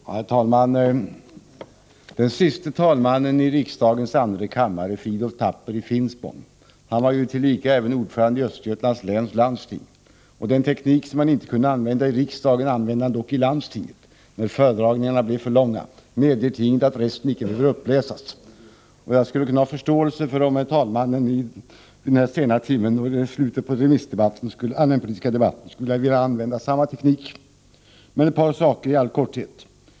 Herr talman! Den siste talmannen i riksdagens andra kammare, Fridolf Thapper i Finspång, var tillika ordförande i Östergötlands läns landsting. Ett uttryck som han inte kunde använda i riksdagen använde han dock i landstinget, när föredragningarna blev för långa: Medger tinget att resten icke behöver uppläsas? Jag skulle kunna ha förståelse för om herr talmannen vid den här sena timmen och i slutet på den allmänpolitiska debatten skulle vilja förorda att samma teknik användes. Jag vill ändå säga ett par saker i all korthet.